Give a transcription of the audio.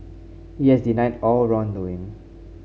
he has denied all wrongdoing